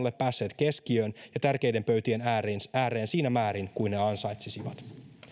ole päässeet keskiöön ja tärkeiden pöytien ääreen ääreen siinä määrin kuin ne ansaitsisivat